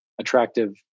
attractive